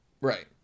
right